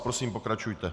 Prosím, pokračujte.